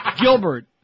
Gilbert